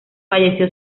falleció